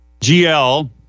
GL